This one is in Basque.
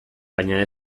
baina